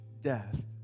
death